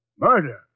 Murder